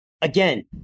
again